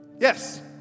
Yes